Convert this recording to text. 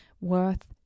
worth